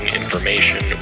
information